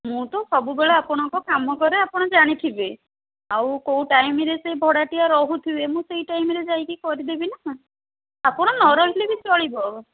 ମୁଁ ତ ସବୁବେଳେ ଆପଣଙ୍କ କାମ କରେ ଆପଣ ଜାଣିଥିବେ ଆଉ କେଉଁ ଟାଇମରେ ସେ ଭଡ଼ାଟିଆ ରହୁଥିବେ ମୁଁ ସେହି ଟାଇମରେ ଯାଇକି କରିଦେବି ନା ଆପଣ ନରହିଲେ ବି ଚଳିବ